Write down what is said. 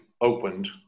opened